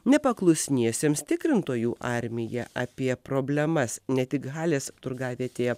nepaklusniesiems tikrintojų armiją apie problemas ne tik halės turgavietėje